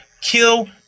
kill